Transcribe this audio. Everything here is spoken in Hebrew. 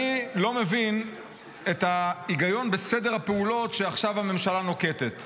אני לא מבין את ההיגיון בסדר הפעולות שהממשלה נוקטת עכשיו.